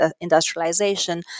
industrialization